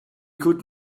could